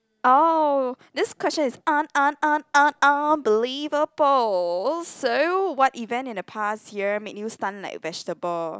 oh this question is un~ un~ un~ un~ unbelievable so what event in the past here make you stun like a vegetable